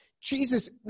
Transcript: Jesus